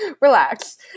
relax